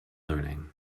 learning